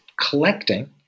collecting